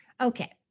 Okay